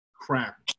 crap